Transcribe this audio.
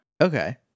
Okay